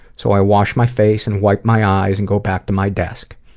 so i washed my face and wiped my eyes and go back to my desk.